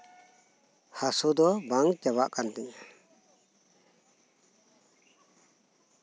ᱦᱟᱥᱩ ᱫᱚ ᱵᱟᱝ ᱪᱟᱵᱟᱜ ᱠᱟᱱ ᱛᱤᱧᱟᱹ